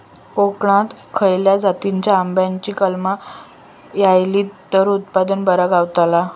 कोकणात खसल्या जातीच्या आंब्याची कलमा लायली तर उत्पन बरा गावताला?